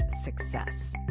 success